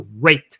great